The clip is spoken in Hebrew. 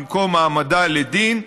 במקום העמדה לדין,